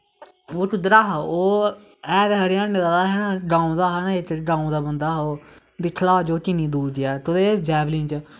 ओह् कुध्दरा दा हा ओह् ऐ ते हरियाणे दा ऐ गांव दा ऐ गांव दा हा ना ओह् दिक्खो किन्नी दूर गेआ केह्दे च जैवलिन च